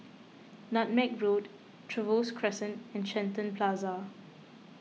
Nutmeg Road Trevose Crescent and Shenton Plaza